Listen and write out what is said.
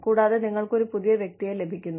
കൂടാതെ നിങ്ങൾക്ക് ഒരു പുതിയ വ്യക്തിയെ ലഭിക്കുന്നു